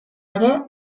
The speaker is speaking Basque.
ere